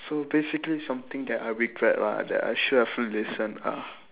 so basically something that I regret ah that I should have listen ah